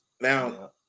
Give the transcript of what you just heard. Now